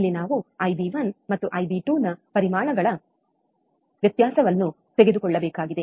ಇಲ್ಲಿ ನಾವು ಐಬಿ1 ಮತ್ತು ಐಬಿ2 ನ ಪರಿಮಾಣಗಳ ವ್ಯತ್ಯಾಸವನ್ನು ತೆಗೆದುಕೊಳ್ಳಬೇಕಾಗಿದೆ